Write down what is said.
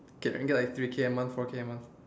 get can get like three K a month four K a month